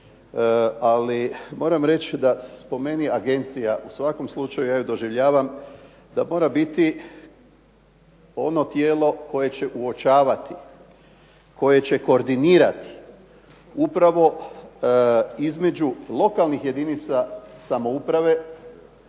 Ali moram reći da po meni agencija u svakom slučaju ja je doživljavam da mora biti ono tijelo koje će uočavati, koje će koordinirati upravo između lokalnih jedinica samouprave,